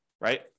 right